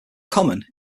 common